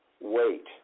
wait